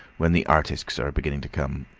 when the artisks are beginning to come.